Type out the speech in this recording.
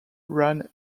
ran